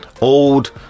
Old